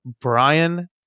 Brian